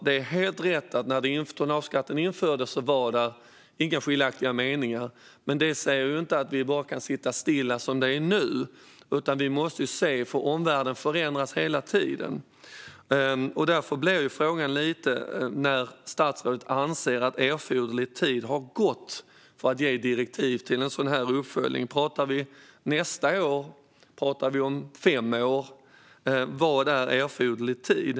Det är helt rätt att det inte fanns några meningsskiljaktigheter när lagstiftningen infördes, men det innebär ju inte att vi bara kan sitta still som det är nu. Omvärlden förändras nämligen hela tiden, och därför blir ju frågan när statsrådet anser att det har gått erforderlig tid för att man ska kunna ge direktiv till en sådan här uppföljning. Pratar vi nästa år, eller pratar vi om fem år? Vad är erforderlig tid?